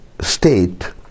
state